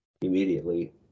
immediately